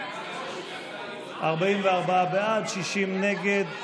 44 בעד, 60 נגד.